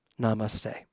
Namaste